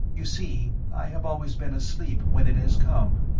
you see i have always been asleep when it has come,